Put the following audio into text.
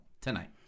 tonight